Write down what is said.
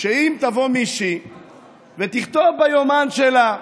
שאם תבוא מישהי ותכתוב ביומן שלה: